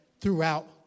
throughout